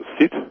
sit